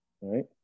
right